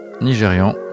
Nigérian